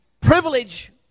privilege